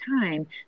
time